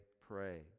pray